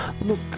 Look